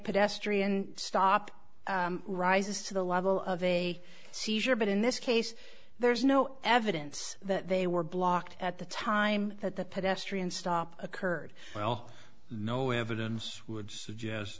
pedestrian stop rises to the level of a seizure but in this case there's no evidence that they were blocked at the time that the pedestrian stop occurred well no evidence would suggest